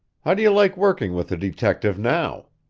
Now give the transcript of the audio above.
how do you like working with a detective now?